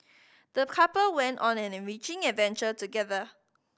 the couple went on an enriching adventure together